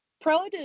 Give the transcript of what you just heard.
produce